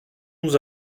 nous